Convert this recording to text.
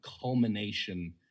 culmination